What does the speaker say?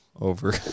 over